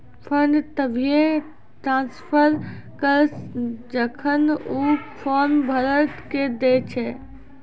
fund तभिये transfer करऽ जेखन ऊ फॉर्म भरऽ के दै छै